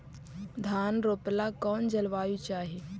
धान रोप ला कौन जलवायु चाही?